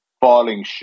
falling